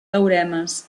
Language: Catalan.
teoremes